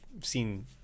seen